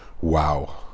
wow